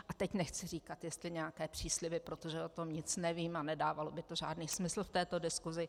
A teď nechci říkat, jestli nějaké přísliby, protože o tom nic nevím a nedávalo by to žádný smysl v této diskusi.